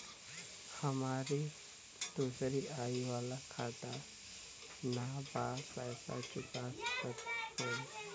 हमारी दूसरी आई वाला खाता ना बा पैसा चुका सकत हई?